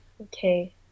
Okay